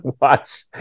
watch